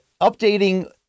Updating